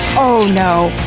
oh no,